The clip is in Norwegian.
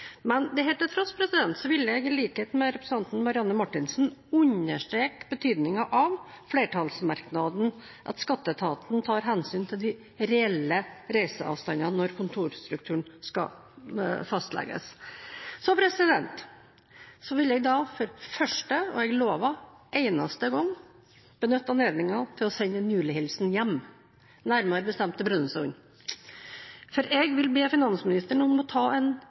til tross, vil jeg, i likhet med representanten Marianne Marthinsen, understreke betydningen av flertallsmerknaden, at Skatteetaten tar hensyn til de reelle reiseavstandene når kontorstrukturen skal fastlegges. Så vil jeg for første og – jeg lover – eneste gang benytte anledningen til å sende en julehilsen hjem, nærmere bestemt til Brønnøysund. Jeg vil be finansministeren om å ta en